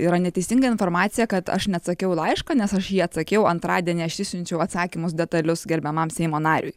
yra neteisinga informacija kad aš neatsakiau į laišką nes aš į jį atsakiau antradienį aš išsiunčiau atsakymus detalius gerbiamam seimo nariui